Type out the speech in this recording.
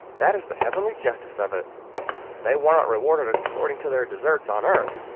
that is the heavenly justice of it they warn't rewarded according to their deserts, on earth,